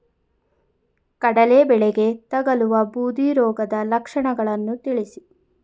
ಕಡಲೆ ಬೆಳೆಗೆ ತಗಲುವ ಬೂದಿ ರೋಗದ ಲಕ್ಷಣಗಳನ್ನು ತಿಳಿಸಿ?